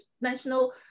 National